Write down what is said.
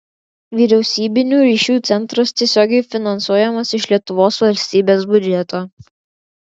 vyriausybinių ryšių centras tiesiogiai finansuojamas iš lietuvos valstybės biudžeto